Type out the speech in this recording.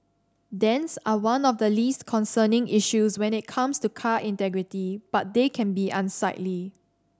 dents are one of the least concerning issues when it comes to car integrity but they can be unsightly